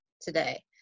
today